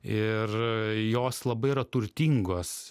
ir jos labai yra turtingos